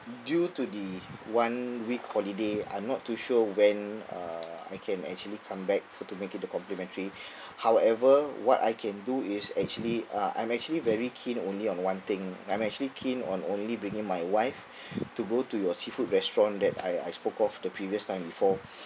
due to the one week holiday I'm not too sure when uh I can actually come back for to make it the complimentary however what I can do is actually uh I'm actually very keen only on one thing I'm actually keen on only bringing my wife to go to your seafood restaurant that I I spoke of the previous time before